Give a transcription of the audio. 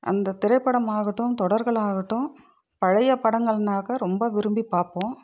அந்த திரைப்படம் ஆகட்டும் தொடர்களாக ஆகட்டும் பழைய படங்கள்னாக்கா ரொம்ப விரும்பி பார்ப்போம்